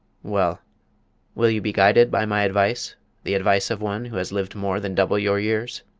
well will you be guided by my advice the advice of one who has lived more than double your years?